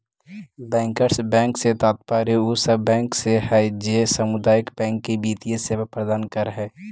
bankers bank से तात्पर्य उ सब बैंक से हइ जे सामुदायिक बैंक के वित्तीय सेवा प्रदान करऽ हइ